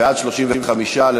סעיפים 1 2 נתקבלו.